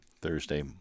Thursday